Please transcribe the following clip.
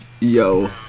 Yo